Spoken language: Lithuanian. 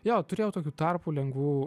jo turėjau tokių tarpų lengvų